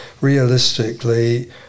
realistically